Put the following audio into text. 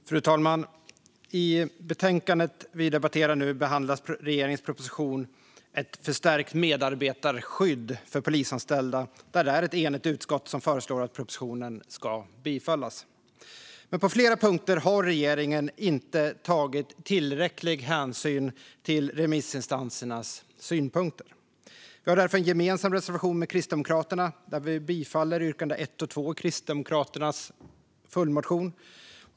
Frau talman! I betänkandet vi debatterar nu behandlas regeringens proposition E tt förstärkt medarbetarskydd för polisanställda . Ett enigt utskott föreslår att propositionen ska bifallas. På flera punkter har dock regeringen inte tagit tillräcklig hänsyn till remissinstansernas synpunkter. Vi har därför en gemensam reservation med Kristdemokraterna där vi ställer oss bakom yrkande 1 och 2 i Kristdemokraternas följdmotion.